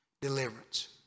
deliverance